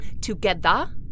together